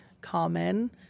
common